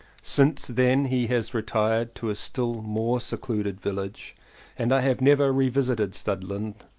since then he has retired to a still more secluded village and i have never revisited studland,